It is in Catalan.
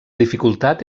dificultat